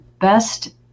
best